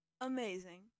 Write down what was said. amazing